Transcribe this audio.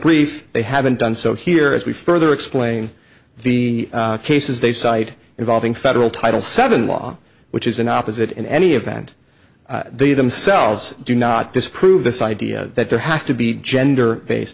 brief they haven't done so here as we further explain the cases they cite involving federal title seven law which is an opposite in any event they themselves do not disprove this idea that there has to be gender